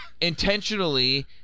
intentionally –